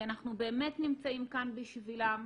כי אנחנו באמת נמצאים כאן בשבילם.